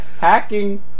hacking